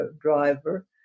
driver